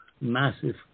massive